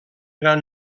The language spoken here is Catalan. gran